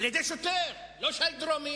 על-ידי שוטר, לא שי דרומי.